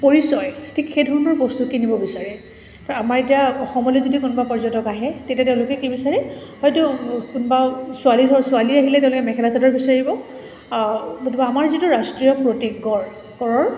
পৰিচয় ঠিক সেইধৰণৰ বস্তু কিনিব বিচাৰে আমাৰ এতিয়া অসমলৈ যদি কোনোবা পৰ্যটক আহে তেতিয়া তেওঁলোকে কি বিচাৰে হয়তো কোনোবা ছোৱালী ধৰ ছোৱালী আহিলে তেওঁলোকে মেখেলা চাদৰ বিচাৰিব নতুবা আমাৰ যিটো ৰাষ্ট্ৰীয় প্ৰতীক গঁড় গড়ৰ